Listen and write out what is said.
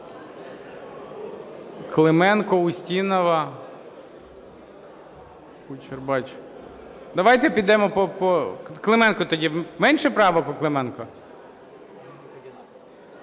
Клименко, Устінова. Давайте підемо по… Клименко тоді, менше правок у Клименко?